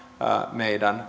meidän